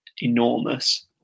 enormous